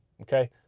Okay